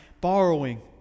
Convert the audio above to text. borrowing